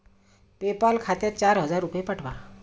PayPal खात्यात चार हजार रुपये पाठवा